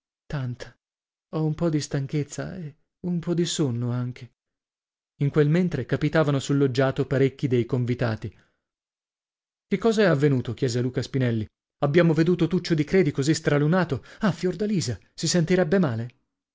ho un po di stanchezza e un po di sonno anche in quel mentre capitavano sul loggiato parecchi dei convitati che cos'è avvenuto chiese luca spinelli abbiamo veduto tuccio di credi così stralunato ah fiordalisa si sentirebbe male